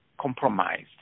compromised